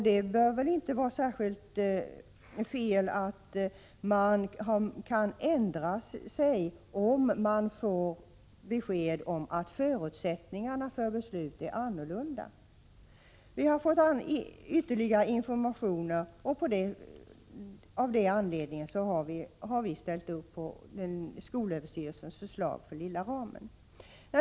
Det bör väl inte vara fel att ändra sig om man får besked om att förutsättningarna är annorlunda. Vi har fått ytterligare informationer och av den anledningen har vi ställt upp på skolöverstyrelsens förslag rörande lilla ramen.